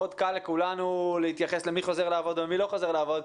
מאוד קל לכולנו להתייחס למי חוזר לעבוד ומי לא חוזר לעבוד,